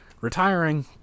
retiring